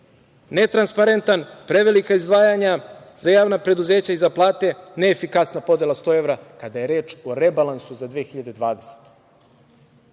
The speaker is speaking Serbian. netransparentan, prevelika izdvajanja za javna preduzeća i za plate, neefikasna podela 100 evra, kada je reč o rebalansu za 2020.